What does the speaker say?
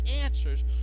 answers